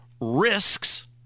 risks